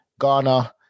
Ghana